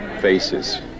faces